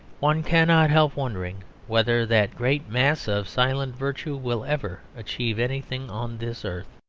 one cannot help wondering whether that great mass of silent virtue will ever achieve anything on this earth.